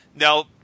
Now